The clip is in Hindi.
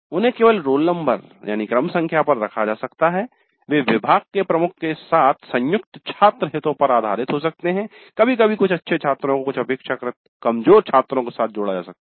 उन्हें केवल रोल नंबर यानी क्रम संख्या पर रखा जा सकता है वे विभाग के प्रमुख के साथ संयुक्त छात्र हितों पर आधारित हो सकते हैं कभी कभी कुछ अच्छे छात्रों को कुछ अपेक्षाकृत कमजोर छात्रों के साथ जोड़ा जा सकता है